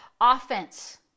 offense